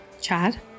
Chad